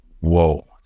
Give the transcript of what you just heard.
Whoa